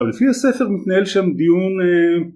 אבל לפי הספר מתנהל שם דיון